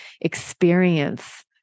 experience